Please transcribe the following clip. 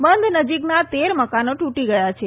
બંધ નજીકના તેર મકાનો તૂટી ગયા છે